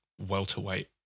welterweight